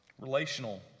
relational